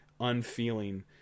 unfeeling